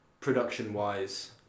production-wise